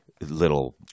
little